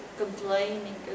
complaining